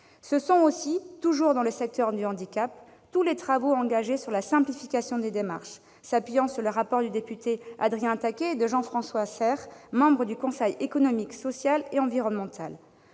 c'est aussi l'objet de tous les travaux engagés sur la simplification des démarches, s'appuyant sur le rapport du député Adrien Taquet et de Jean-François Serres, membre du Conseil économique, social et environnemental,